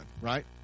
right